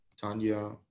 Tanya